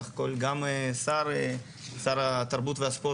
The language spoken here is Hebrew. סך הכול גם שר התרבות והספורט,